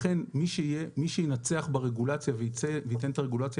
לכן מי שינצח ברגולציה וייתן את הרגולציה